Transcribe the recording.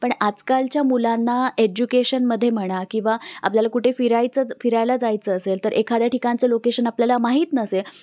पण आजकालच्या मुलांना एज्युकेशनमध्ये म्हणा किंवा आपल्याला कुठे फिरायचं फिरायला जायचं असेल तर एखाद्या ठिकाणचं लोकेशन आपल्याला माहीत नसेल